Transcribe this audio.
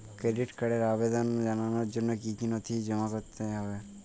Credit কার্ডের আবেদন জানানোর জন্য কী কী নথি জমা দিতে হবে?